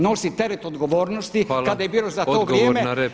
nosit teret odgovornosti kada je bilo za to vrijeme.